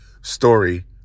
story